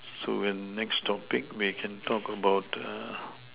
so well next topic we can talk about